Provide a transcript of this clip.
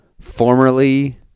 formerly